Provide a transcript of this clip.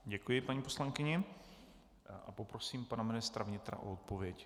Děkuji paní poslankyni a poprosím pana ministra vnitra o odpověď.